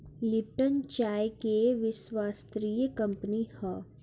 Lipton चाय के विश्वस्तरीय कंपनी हअ